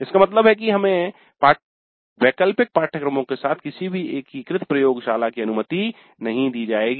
इसका मतलब है कि हमें वैकल्पिक पाठ्यक्रमों के साथ किसी भी एकीकृत प्रयोगशाला की अनुमति नहीं दी जाएगी